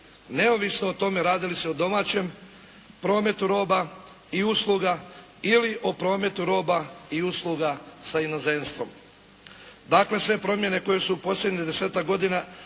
neovisno o tome radi li se o domaćem prometu roba i usluga ili o prometu roba i usluga sa inozemstvom. Dakle, sve promjene koje su u posljednjih desetak godina